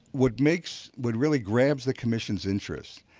what makes what really grabs the commission's interest,